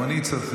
גם אני רוצה.